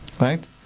Right